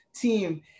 team